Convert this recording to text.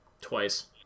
Twice